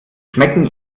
schmecken